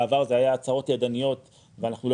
בעבר זה היה הצהרות ידניות ואנחנו לא